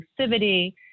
inclusivity